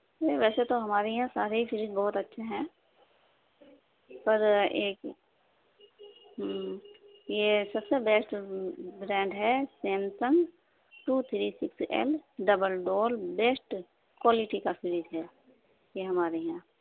نہیں ویسے تو ہمارے یہاں سارے ہی فریج بہت اچھے ہیں پر ایک یہ سب سے بیسٹ برانڈ ہے Samsung two three six L double door best quality کا فریج ہے یہ ہمارے یہاں